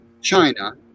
China